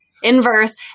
inverse